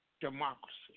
democracy